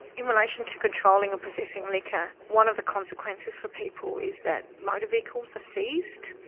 in relation to controlling or possessing liquor, one of the consequences for people is that motor vehicles are seized,